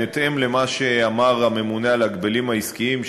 בהתאם למה שאמר הממונה על ההגבלים העסקיים,